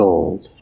Gold